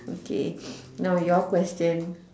okay now your question